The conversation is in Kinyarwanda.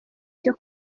icyo